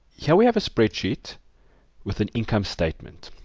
here we have a spreadsheet with an income statement.